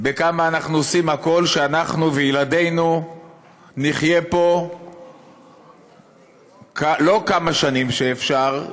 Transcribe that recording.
בכמה אנחנו עושים הכול כדי שאנחנו וילדינו נחיה פה לא כמה שנים שאפשר,